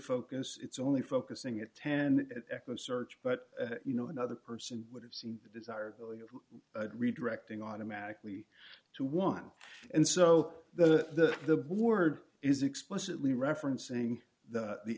focus it's only focusing it ten echo search but you know another person would have seen desired redirecting automatically to one and so the the board is explicitly referencing the